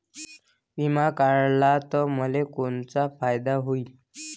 बिमा काढला त मले कोनचा फायदा होईन?